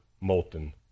molten